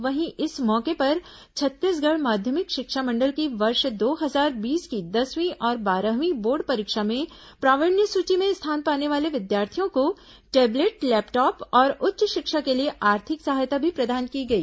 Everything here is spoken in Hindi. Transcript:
वहीं इस मौके पर छत्तीसगढ़ माध्यमिक शिक्षा मंडल की वर्ष दो हजार बीस की दसवीं और बारहवीं बोर्ड परीक्षा में प्रावीण्य सुची में स्थान पाने वाले विद्यार्थियों को टेबलेट लैपटॉप और उच्च शिक्षा के लिए आर्थिक सहायता भी प्रदान की गई